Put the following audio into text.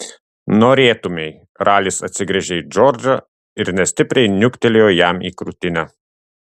norėtumei ralis atsigręžė į džordžą ir nestipriai niuktelėjo jam į krūtinę